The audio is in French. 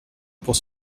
pour